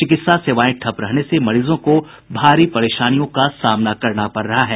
चिकित्सा सेवाएं ठप रहने से मरीजों को भारी परेशानी का सामना करना पड़ रहा है